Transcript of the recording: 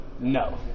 No